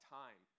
time